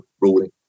ruling